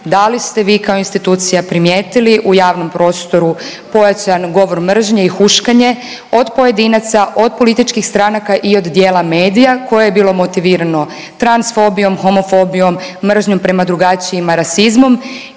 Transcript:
Da li ste vi kao institucija primijetili u javnom prostoru pojačan govor mržnje i huškanje i od pojedinaca, od političkih stranaka i od djela medija koje je bilo motivirano transfobijom, homofobijom, mržnjom prema drugačijima, rasizmom